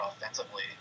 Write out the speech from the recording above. offensively